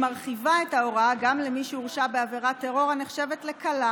היא מרחיבה את ההוראה גם למי שהורשע בעבירת טרור הנחשבת לקלה,